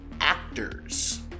actors